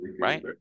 right